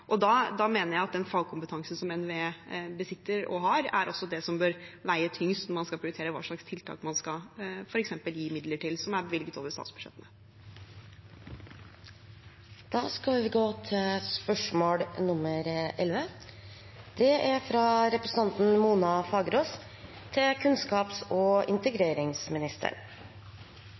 Da mener jeg at den fagkompetansen NVE besitter, er det som bør veie tyngst når man skal prioritere f.eks. hva slags tiltak man skal gi midler til, som er bevilget over statsbudsjettet. «Etter at skolene åpnet opp igjen for alle har det vært stor uro rundt at elevenes tilstedeværelse på skolen har variert kraftig fra skole til